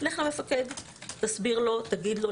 לך למפקד, תסביר לו, תגיד לו.